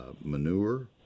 manure